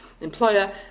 employer